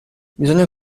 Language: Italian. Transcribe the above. bisogna